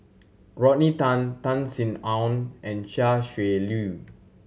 Rodney Tan Tan Sin Aun and Chia Shi Lu